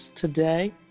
today